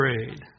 afraid